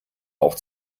auch